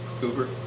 Cooper